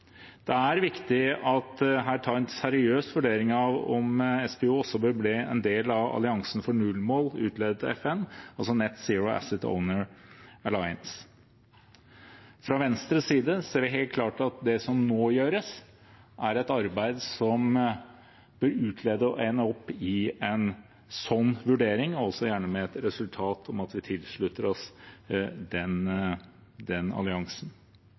Det er viktig å ta en seriøs vurdering av om SPU også bør bli en del av alliansen for nullmål utledet av FN, altså Net-Zero Asset Owner Alliance. Fra Venstres side ser vi helt klart at det som må gjøres, er et arbeid som bør ende opp i en slik vurdering, altså gjerne med det resultat at vi tilslutter oss den alliansen.